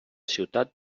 ciutat